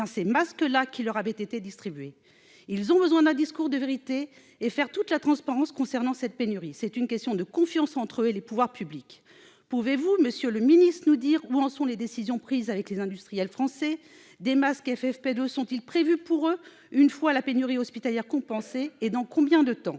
ces masques-là qui leur avaient été distribués. Ils ont besoin d'un discours de vérité et de transparence concernant cette pénurie. C'est une question de confiance entre eux et les pouvoirs publics. Monsieur le ministre, pouvez-vous nous dire où en sont les décisions prises avec les industriels français ? Des masques FFP2 sont-ils prévus pour eux, une fois la pénurie hospitalière compensée ? Et dans combien de temps ?